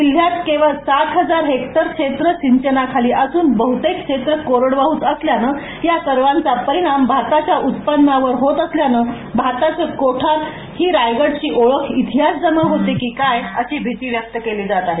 जिल्हयात केवळ सात हजार हेक्टर क्षेत्र सिंचनाखाली असल्याने बहतेक क्षेत्र कोरडवाहच असल्याने या सर्वाचा परिणाम भाताच्या उत्पादनावर होत असल्याने भाताचे कोठार ही रायगडची ओळख इतिहास जमा होते की काय अशी भिती व्यक्त केली जात आहे